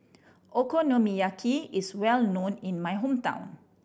okonomiyaki is well known in my hometown